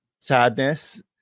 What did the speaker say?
sadness